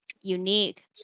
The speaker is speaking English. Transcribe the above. unique